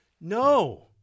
No